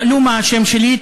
שאלו מה השם שלי,